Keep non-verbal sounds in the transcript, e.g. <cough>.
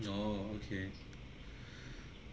oh okay <breath>